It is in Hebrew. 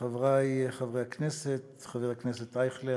חברי חברי הכנסת, חבר הכנסת אייכלר,